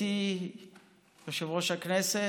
גברתי יושבת-ראש הכנסת,